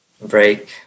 break